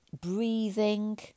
breathing